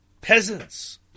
peasants